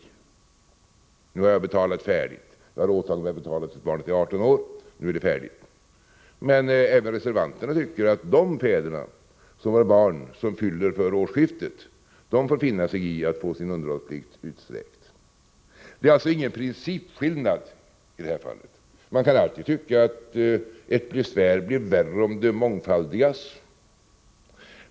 En sådan pappa säger kanske: ”Jag har åtagit mig att betala till dess barnet blir 18 år, och nu är det färdigt; nu är jag fri.” Men även reservanterna tycker att de fäder som har barn som fyller före årsskiftet får finna sig i att få sin underhållsplikt utsträckt. Det är alltså ingen principskillnad i detta fall. Man kan alltid tycka att ett besvär blir värre, om det mångfaldigas.